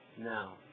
now